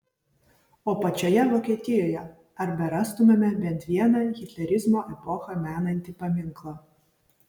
o pačioje vokietijoje ar berastumėme bent vieną hitlerizmo epochą menantį paminklą